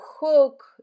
hook